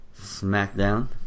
Smackdown